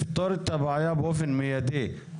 לפתור את הבעיה באופן מידי,